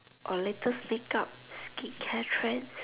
or later speak up skin care trend